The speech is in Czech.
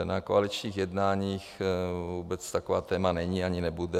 Na koaličních jednáních vůbec takové téma není a ani nebude.